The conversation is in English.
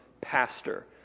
pastor